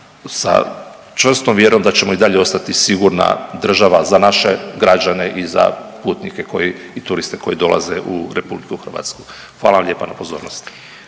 sa čvrstom vjerom da ćemo i dalje ostati sigurna država za naše građane i za putnike koji i turiste koji dolaze u RH. Hvala vam lijepa na pozornosti.